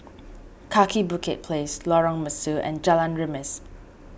Kaki Bukit Place Lorong Mesu and Jalan Remis